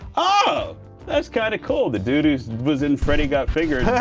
ohhh that's kind of cool. the dude who was in freddy got fingered